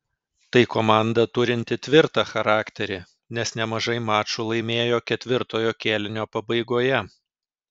tai komanda turinti tvirtą charakterį nes nemažai mačų laimėjo ketvirtojo kėlinio pabaigoje